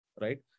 right